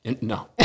No